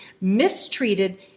mistreated